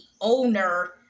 owner